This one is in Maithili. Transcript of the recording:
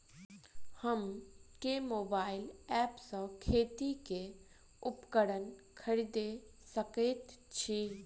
हम केँ मोबाइल ऐप सँ खेती केँ उपकरण खरीदै सकैत छी?